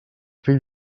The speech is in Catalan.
fill